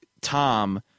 Tom